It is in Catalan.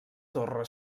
torre